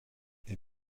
est